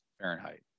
Fahrenheit